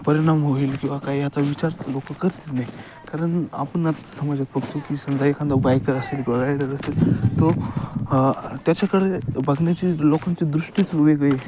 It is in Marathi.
परिणाम होईल किंवा काही याचा विचार तर लोकं करत नाही कारण आपण आ समाजात बघतो की समजा एखादा बायकर असेल किंवा रायडर असेल तो त्याच्याकडे बघण्याचे लोकांच्या दृष्टीच वेगळी